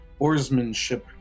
oarsmanship